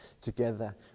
together